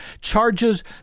charges